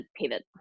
pivot